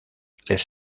les